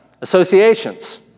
associations